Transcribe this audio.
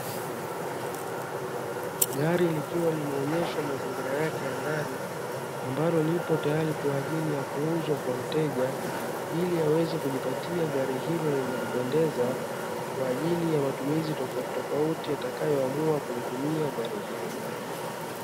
Gari likiwa limeonyeshwa mazingira yake ya ndani ambalo lipo tayari kwa ajili ya kuuzwa kwa mteja, ili aweze kujipatia gari hilo lenye kupendeza kwa ajili ya matumizi tofauti tofauti atakayoamua kulitumia gari hilo.